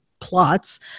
plots